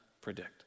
predict